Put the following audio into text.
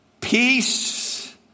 peace